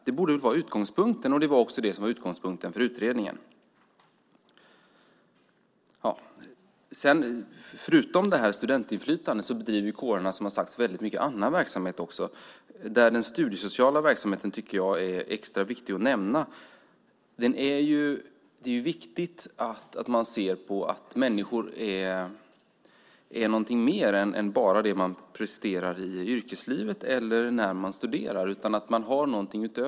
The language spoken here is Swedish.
Det borde vara utgångspunkten. Det var i alla fall utgångspunkten för utredningen. Förutom studentinflytandet bedriver kårerna som sagt mycket annan verksamhet. Den studiesociala verksamheten är extra viktig att nämna. Det är viktigt att se att människor är något mer än det man presterar i yrkeslivet eller studierna.